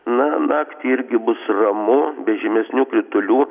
na naktį irgi bus ramu be žymesnių kritulių